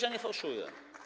Ja nie fałszuję.